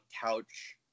couch